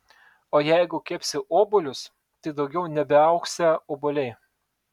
o jeigu kepsi obuolius tai daugiau nebeaugsią obuoliai